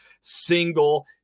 single